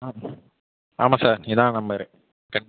ஆமாம் ஆமாம் சார் இதான் நம்பரு